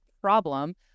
problem